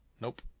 Nope